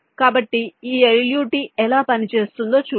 కాబట్టి ఈ LUT ఎలా పనిచేస్తుందో చూద్దాం